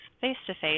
face-to-face